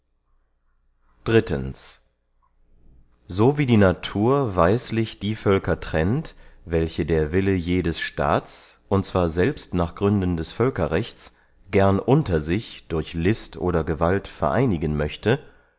so wie die natur weislich die völker trennt welche der wille jedes staats und zwar selbst nach gründen des völkerrechts gern unter sich durch list oder gewalt vereinigen möchte